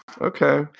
Okay